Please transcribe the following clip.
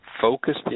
focused